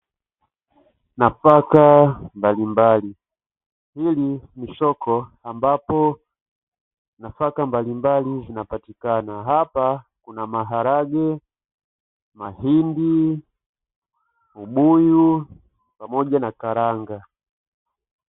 Nafaka mbalimbali. Hili ni soko ambapo nafaka mbalimbali zinapatikana hapa kuna maharage, mahindi, ubuyu pamoja na karanga.